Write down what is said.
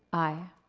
aye.